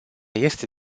este